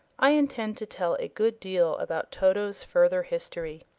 i intend to tell a good deal about toto's further history.